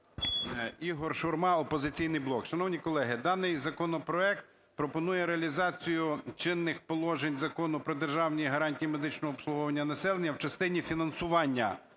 Ігор Шурма, "Опозиційний блок". Шановні колеги, даний законопроект пропонує реалізацію чинних положень Закону про державні гарантії медичного обслуговування населення в частині фінансування